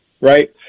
right